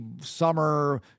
summer